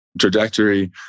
trajectory